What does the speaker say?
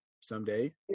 someday